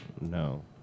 No